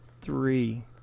Three